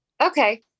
okay